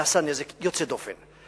זה עשה נזק יוצא דופן,